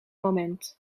moment